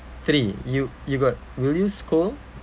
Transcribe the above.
three you you got will you scold